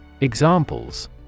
Examples